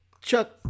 Chuck